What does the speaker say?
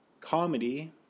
Comedy